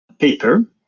paper